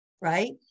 right